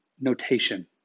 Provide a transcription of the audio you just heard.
notation